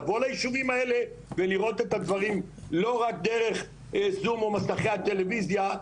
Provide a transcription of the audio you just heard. לבוא לישובים האלה ולראות את הדברים לא רק דרך זום או מסכי הטלוויזיה,